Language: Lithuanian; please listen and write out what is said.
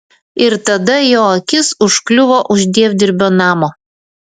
ir tada jo akis užkliuvo už dievdirbio namo